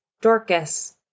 Dorcas